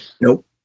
Nope